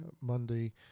Monday